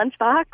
lunchbox